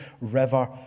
river